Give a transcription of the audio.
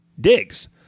digs